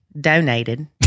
Donated